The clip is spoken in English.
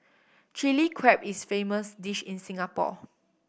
Chilli Crab is famous dish in Singapore